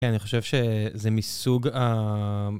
כן, אני חושב שזה מסוג ה...